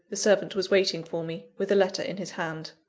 the servant was waiting for me, with a letter in his hand.